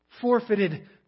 forfeited